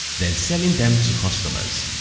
then selling them to customers.